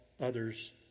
others